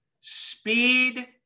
speed